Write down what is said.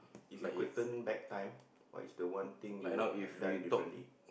if you could turn back time what is the one thing you would have done differently